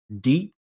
deep